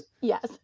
Yes